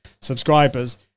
subscribers